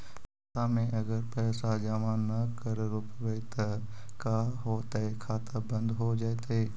खाता मे अगर पैसा जमा न कर रोपबै त का होतै खाता बन्द हो जैतै?